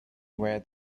where